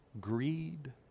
greed